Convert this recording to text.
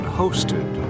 hosted